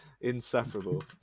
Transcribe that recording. Insufferable